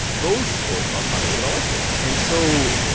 those sports are populated by white folks. and so,